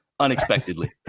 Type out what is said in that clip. unexpectedly